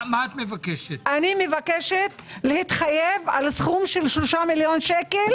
אני מבקשת, להתחייב על סכום 3 מיליון שקל